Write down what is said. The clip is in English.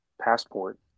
passport